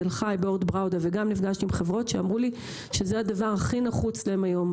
תל חי ואורט בראודה והם אמרו לי שזה הדבר הכי נחוץ להם היום,